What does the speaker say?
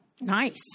Nice